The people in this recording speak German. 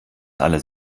alles